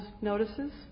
notices